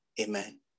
Amen